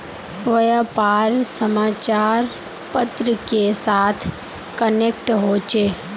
व्यापार समाचार पत्र के साथ कनेक्ट होचे?